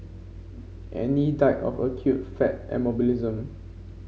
Annie died of acute fat embolism